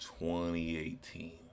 2018